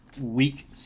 week